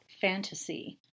fantasy